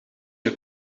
een